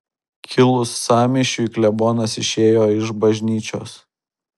kilus sąmyšiui klebonas išėjo iš bažnyčios